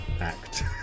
act